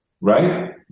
right